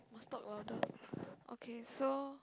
must talk louder okay so